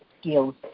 skills